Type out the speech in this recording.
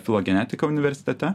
filogenetiką universitete